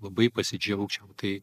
labai pasidžiaugčiau tai